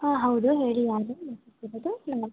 ಹಾಂ ಹೌದು ಹೇಳಿ ಯಾರು ಮಾತಾಡ್ತಿರೋದು ಹೇಳಿ